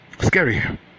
scary